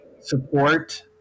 support